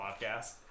podcast